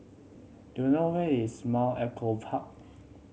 do you know where is Mount Echo Park